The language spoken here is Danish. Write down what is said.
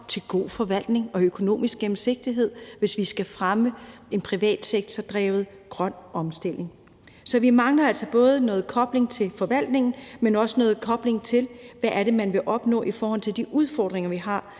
til god forvaltning og økonomisk gennemsigtighed, hvis vi skal fremme en privat sektor-drevet grøn omstilling? Så vi mangler altså både noget kobling til forvaltning, men også noget kobling til, hvad det er, man vil opnå i forhold til de udfordringer, vi har,